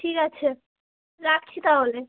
ঠিক আছে রাখছি তাহলে